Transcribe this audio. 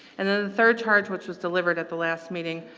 and the third charge, which was delivered at the last meeting,